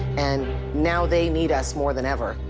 and now they need us more than ever.